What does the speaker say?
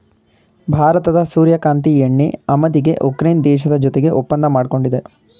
ಭಾರತದ ಸೂರ್ಯಕಾಂತಿ ಎಣ್ಣೆ ಆಮದಿಗೆ ಉಕ್ರೇನ್ ದೇಶದ ಜೊತೆಗೆ ಒಪ್ಪಂದ ಮಾಡ್ಕೊಂಡಿದೆ